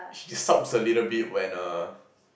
she sulks a little bit when uh